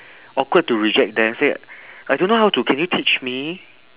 awkward to reject them say I don't know how to can you teach me